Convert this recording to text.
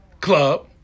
Club